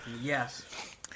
Yes